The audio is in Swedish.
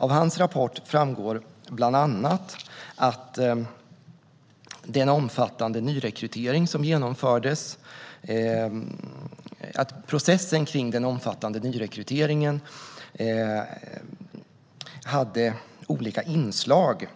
Av hans rapport framgår bland annat att processen kring den omfattande nyrekrytering som genomfördes hade inslag